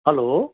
hello